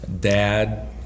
Dad